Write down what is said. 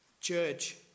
church